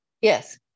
Yes